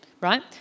right